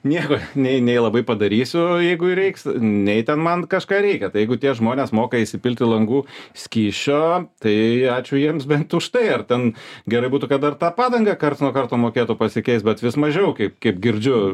nieko nei nei labai padarysiu jeigu reiks nei ten man kažką reikia tai jeigu tie žmonės moka įsipilti langų skysčio tai ačiū jiems bent už tai ar ten gerai būtų kad dar tą padangą karts nuo karto mokėtų pasikeist bet vis mažiau kaip kaip girdžiu